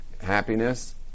happiness